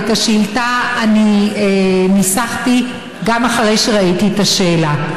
ואת השאילתה אני ניסחתי אחרי שראיתי את התשובה.